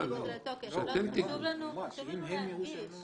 צריכים לבדוק שהוא לא מופיע ברשימות